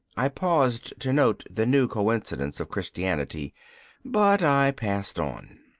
i paused to note the new coincidence of christianity but i passed on.